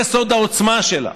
זה סוד העוצמה שלה,